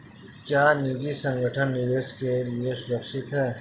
क्या निजी संगठन निवेश के लिए सुरक्षित हैं?